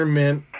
mint